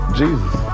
jesus